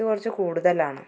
ഇത് കുറച്ച് കൂടുതലാണ്